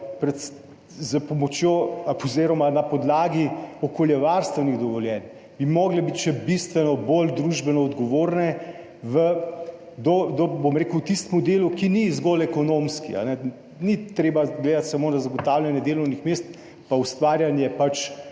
ki poslujejo na podlagi okoljevarstvenih dovoljenj, bi morale biti še bistveno bolj družbeno odgovorne, bom rekel, v tistem delu, ki ni zgolj ekonomski. Ni treba gledati samo na zagotavljanje delovnih mest pa ustvarjanje